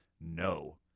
No